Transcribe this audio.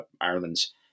Ireland's